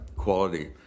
quality